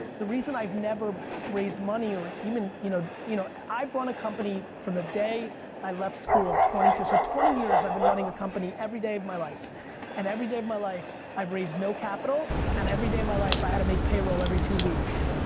the reason i've never raised money or even, you know you know i've run a company from the day i left school, so twenty years i've been running a company every day of my life and every day of my life, i've raised no capital and every day of my life, i had to make payroll every two weeks.